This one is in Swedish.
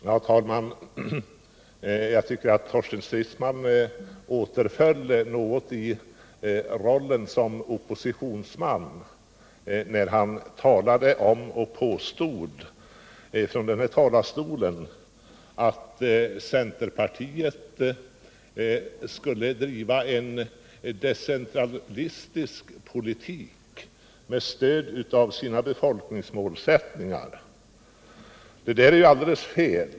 Herr talman! Jag tycker att Torsten Stridsman något återföll i rollen som oppositionsman när han från den här talarstolen påstod att centerpartiet skulle driva en decentralistisk politik med stöd av sina befolkningsmålsättningar. Det är alldeles fel.